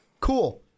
cool